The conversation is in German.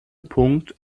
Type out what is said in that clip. punkt